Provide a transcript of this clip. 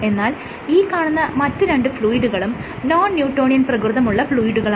എന്നാൽ ഈ കാണപ്പെടുന്ന മറ്റ് രണ്ട് ഫ്ലൂയിഡുകളും നോൺ ന്യൂട്ടോണിയൻ പ്രകൃതമുള്ള ഫ്ലൂയിഡുകളാണ്